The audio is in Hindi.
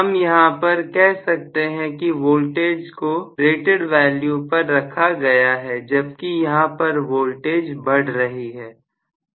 हम यहां पर कह सकते हैं कि वोल्टेज को क् रेटेड वैल्यू पर रखा गया है जबकि यहां पर वोल्टेज बढ़ रही है